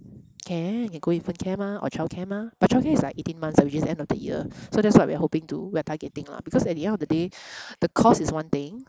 can can go infant care mah or childcare mah but childcare is like eighteen months which is end of the year so that's what we're hoping to we're targeting lah because at the end of the day the cost is one thing